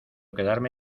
quedarme